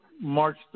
March